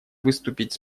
выступить